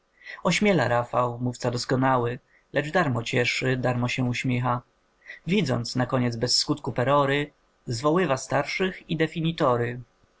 ośmiela rafał mówca doskonały lecz darmo cieszy darmo się uśmicha widząc nakoniec bez skutku perory zwoływa starszych i